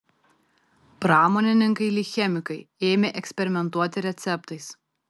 pramonininkai lyg chemikai ėmė eksperimentuoti receptais